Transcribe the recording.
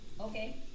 Okay